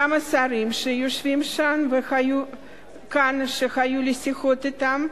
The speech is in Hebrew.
כמה שרים שיושבים כאן והיו לי שיחות אתם,